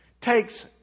takes